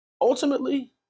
ultimately